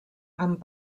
amb